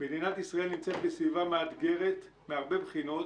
מדינת ישראל נמצאת בסביבה מאתגרת מהרבה בחינות,